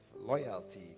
loyalty